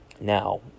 now